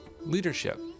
leadership